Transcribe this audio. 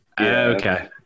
Okay